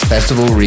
Festival